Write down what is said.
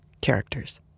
characters